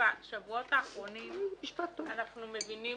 בשבועות האחרונים אנחנו מבינים